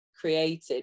created